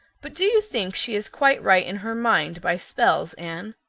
but do you think she is quite right in her mind, by spells, anne?